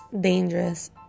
dangerous